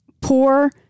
poor